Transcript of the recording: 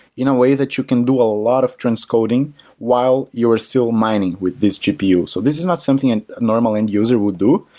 in a way that you can do a lot of transcoding while you're still mining with this gpu. so this is not something and a normal end-user would do,